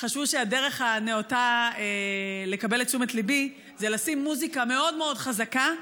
חשבו שהדרך הנאותה לקבל את תשומת ליבי זה לשים מוזיקה מאוד מאוד חזקה,